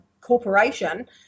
corporation